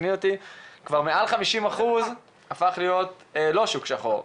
כבר מעל 50% הפך להיות לא שוק שחור.